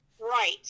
Right